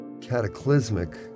cataclysmic